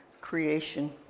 creation